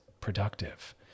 productive